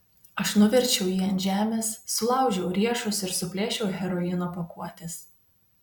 aš nuverčiau jį ant žemės sulaužiau riešus ir suplėšiau heroino pakuotes